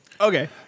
Okay